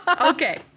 okay